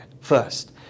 first